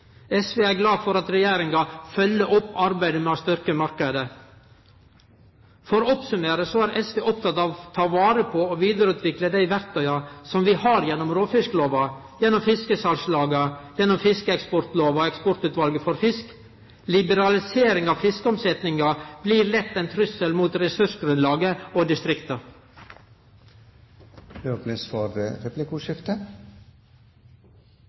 SV er glad for at Regjeringa følgjer opp arbeidet med å styrkje marknaden. For å oppsummere er SV oppteke av å ta vare på og vidareutvikle dei verktøya som vi har gjennom råfisklova, gjennom fiskesalslaga, fiskeeksportlova og Eksportutvalget for fisk. Liberaliseringa av fiskeomsetnaden blir lett ein trussel mot ressursgrunnlaget og distrikta. Ingen har bedt om ordet til replikk. Bakgrunnen for